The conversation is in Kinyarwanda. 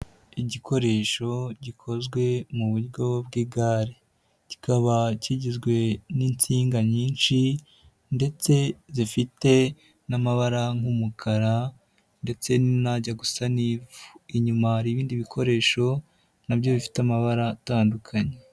Igikoresho gikozwe mu buryo bw'igare kikaba kigizwe n'insinga nyinshi ndetse zifite n'amabara nk'umukara ndetse n'ajya gusa n'ivu, inyuma hari ibindi bikoresho nabyo bifite amabara atandukanye.